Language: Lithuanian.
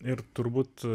ir turbūt